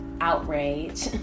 outrage